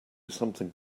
something